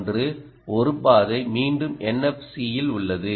ஒன்று ஒரு பாதை மீண்டும் NFC இல் உள்ளது